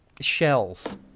shells